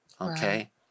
Okay